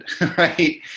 right